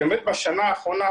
בשנה האחרונה,